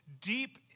deep